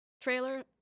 trailer